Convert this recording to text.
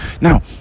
Now